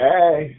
Hey